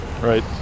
right